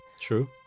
true